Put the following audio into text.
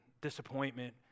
disappointment